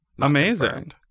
Amazing